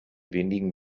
wenigen